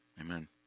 Amen